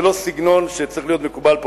זה לא סגנון שצריך להיות מקובל פה,